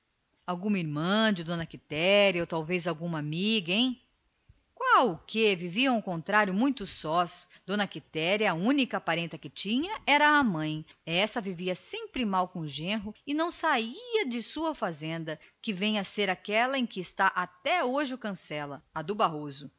alguma irmã de d quitéria ou talvez alguma amiga hein veja se se lembra qual o quê viviam ao contrário muito sós d quitéria a única parenta que tinha era a mãe esta andava sempre de ponta com o genro e não saía da sua fazenda que vem a ser aquela em que está hoje o cancela a fazenda do